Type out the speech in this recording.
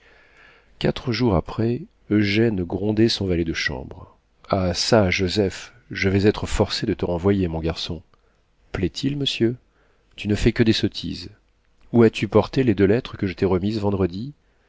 quatre jours après eugène grondait son valet de chambre ah çà joseph je vais être forcé de te renvoyer mon garçon plaît-il monsieur tu ne fais que des sottises où as-tu porté les deux lettres que je t'ai remises vendredi